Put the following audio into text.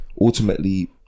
ultimately